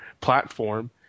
platform